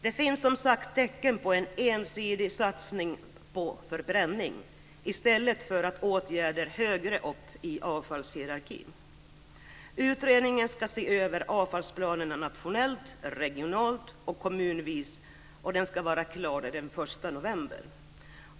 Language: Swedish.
Det finns, som sagt, tecken på en ensidig satsning på förbränning i stället för åtgärder högre upp i avfallshierarkin. Utredningen ska se över avfallsplanerna nationellt, regionalt och kommunvis, och den ska vara klar den 1 november.